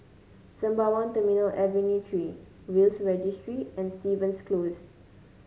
Sembawang Terminal Avenue Three Will's Registry and Stevens Close